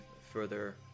further